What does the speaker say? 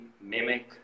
Mimic